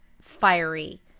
fiery